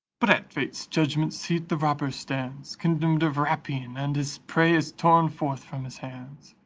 but at fate's judgment-seat the robber stands condemned of rapine, and his prey is torn forth from his hands,